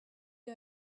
you